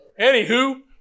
Anywho